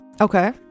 Okay